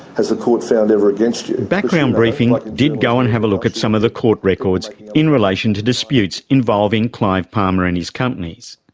has the court found ever against you? background briefing like did go and have a look at some of the court records in relation to disputes involving clive palmer and his companies.